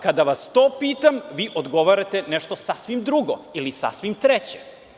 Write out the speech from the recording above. Kada vas to pitam, vi odgovarate nešto sasvim drugo ili sasvim treće.